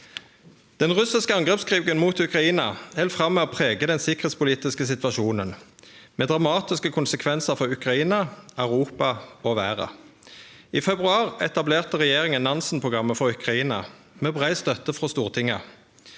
Den russiske angrepskrigen mot Ukraina held fram med å prege den sikkerheitspolitiske situasjonen – med dramatiske konsekvensar for Ukraina, Europa og verda. I februar etablerte regjeringa Nansen-programmet for Ukraina, med brei støtte frå Stortinget.